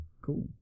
Cool